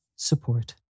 Support